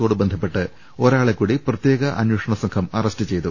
ത്തോട് ബന്ധപ്പെട്ട് ഒരാളെകൂടി പ്രത്യേക അന്വേഷണസംഘം അറസ്റ് ചെയ്തു